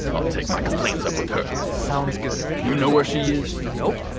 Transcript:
i'll take my complaints up with her sounds good you know where she is? nope.